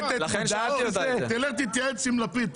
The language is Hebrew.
לך תתייעץ עם לפיד.